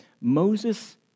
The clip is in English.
Moses